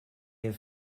have